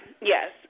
Yes